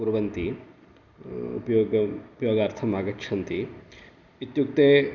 कुर्वन्ति उपयोगार्थम् आगच्छन्ति इत्युक्ते